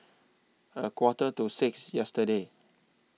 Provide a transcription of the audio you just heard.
A Quarter to six yesterday